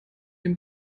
dem